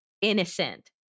innocent